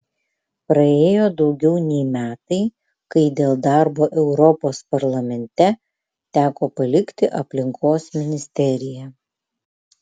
praėjo daugiau nei metai kai dėl darbo europos parlamente teko palikti aplinkos ministeriją